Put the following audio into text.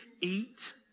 eat